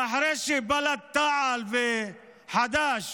ואחרי שבל"ד, תע"ל וחד"ש